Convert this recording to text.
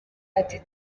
ati